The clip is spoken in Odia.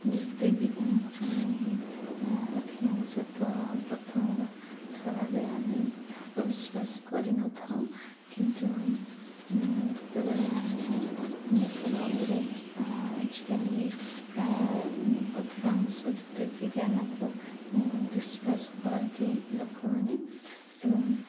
ଜ୍ୟୋତିର୍ବିଜ୍ଞାନକୁ ଆମେ ଅଧିକାଂଶ ତ ପ୍ରଥମ ଥରରେ ଆମେ ତାହାକୁ ବିଶ୍ୱାସ କରିନଥାଉ କିନ୍ତୁ ଯେତେବେଳେ ଆମେ ଅନେକ ଭାବରେ ଆଜିକାଲି ପ୍ରାୟ ଅଧିକାଂଶ ଜ୍ୟୋତିର୍ବିଜ୍ଞାନକୁ ବିଶ୍ୱାସ କରନ୍ତି ଲୋକମାନେ ଏବଂ